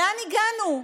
לאן הגענו?